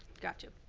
gotcha.